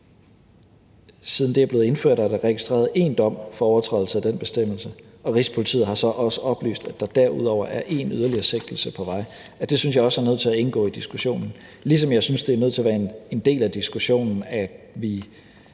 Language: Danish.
siden den er blevet indført, er der registreret én dom for overtrædelse af den bestemmelse. Rigspolitiet har så også oplyst, at der derudover er én yderligere sigtelse på vej. Det synes jeg også er nødt til at indgå i diskussionen, ligesom jeg synes, det er nødt til at være en del af diskussionen, at vi